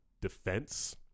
defense